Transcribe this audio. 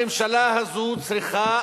הממשלה הזאת צריכה